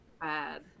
bad